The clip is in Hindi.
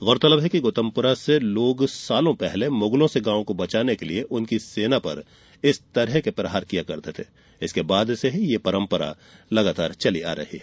गौरतलब है कि गौतमपुरा में लोग सालों पहले मुगलों से गांवों को बचाने के लिए उनकी सेना पर इस तरह के प्रहार करते थे इसके बाद से ही यह परंपरा चली आ रही है